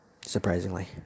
Surprisingly